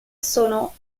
sono